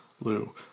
Lou